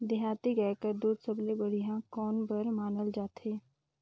देहाती गाय कर दूध सबले बढ़िया कौन बर मानल जाथे?